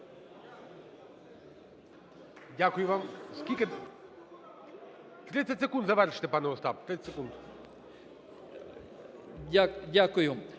Дякую